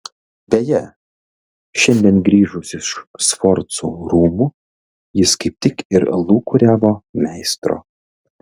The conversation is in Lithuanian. beje šiandien grįžus iš sforzų rūmų jis kaip tik ir lūkuriavo meistro